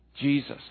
Jesus